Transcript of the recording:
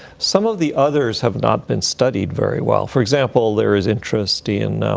some of the others have not been studied very well. for example, there is interest in,